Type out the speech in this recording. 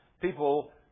people